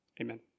Amen